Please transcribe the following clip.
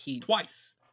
Twice